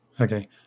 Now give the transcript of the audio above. Okay